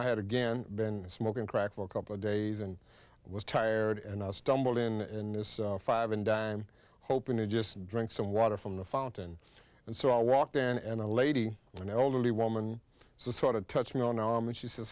i had again been smoking crack for a couple of days and i was tired and i stumbled in this five and dime hoping to just drink some water from the fountain and so i walked in and a lady an elderly woman so sort of touch me on arm and she sa